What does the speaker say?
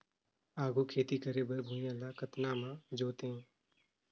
आघु खेती करे बर भुइयां ल कतना म जोतेयं?